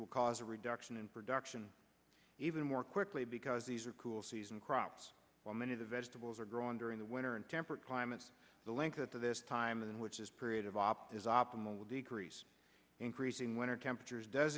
will cause a reduction in production even more quickly because these are cool season crops while many of the vegetables are grown during the winter and temperate climates the length at this time of them which is period of op is optimal decrease increasing winter temperatures does